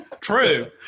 True